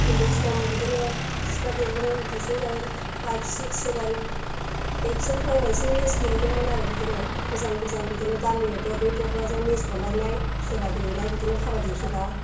उन्दै सम बिदिनो सिख्ला देलों देरस्लों जानाय पाइभ सिक्स सेभेन ओइथसिम फरायनायसिम मेस गेलेदोंमोन आरो बिदिनो गोजान गोजान बिदिनो गामि दरब्रै दरबाजों मेस हरलायनाय खेला गेलेनाय बिदिनो काबादि खेला